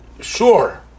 sure